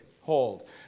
Hold